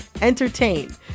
entertain